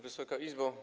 Wysoka Izbo!